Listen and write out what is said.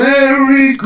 Merry